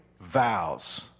vows